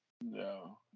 No